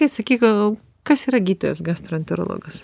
tai sakyk gal kas yra gydytojas gastroenterologas